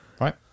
right